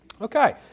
Okay